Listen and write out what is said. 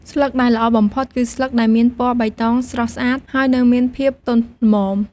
ស្លឹកដែលល្អបំផុតគឺស្លឹកដែលមានពណ៌បៃតងស្រស់ស្អាត ហើយនៅមានភាពទន់ល្មម។